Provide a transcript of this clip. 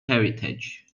heritage